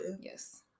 Yes